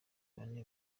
bane